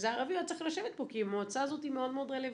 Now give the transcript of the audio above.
הוא היה צריך לשבת פה כי המועצה הזאת היא מאוד רלוונטית,